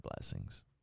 blessings